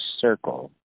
Circle